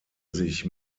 sich